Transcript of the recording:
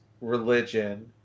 religion